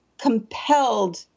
compelled